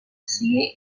sigui